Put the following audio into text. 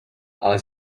ale